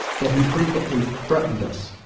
but he frequently threatened us,